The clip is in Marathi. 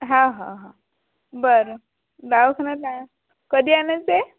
हो हो हा बरं दवाखान्यात काय कधी आणायचं आहे